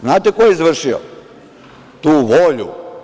Znate ko je izvršio tu volju?